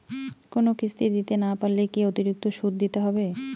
কোনো কিস্তি দিতে না পারলে কি অতিরিক্ত সুদ দিতে হবে?